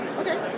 okay